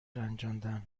رنجاندن